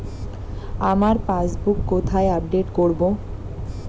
আমার পাসবুক কোথায় আপডেট করব?